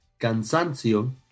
cansancio